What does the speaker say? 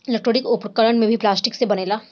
electronic उपकरण भी plastic से बनेला